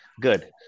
Good